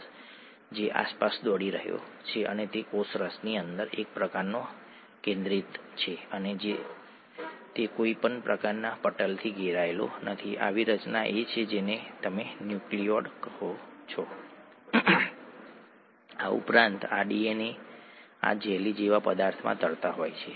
આપણે પહેલેથી જ લેક્ટિક એસિડને કોષની બહાર જતા જોયો છે અને ત્યાં ઘણી બધી વસ્તુઓ થાય છે અને કોઈપણ પ્રક્રિયામાં ઉર્જાની જરૂર હોય છે